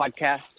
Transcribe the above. podcast